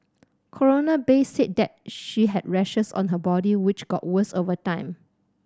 Coroner Bay said that she had rashes on her body which got worse over time